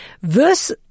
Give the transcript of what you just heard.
Verse